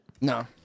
No